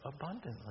abundantly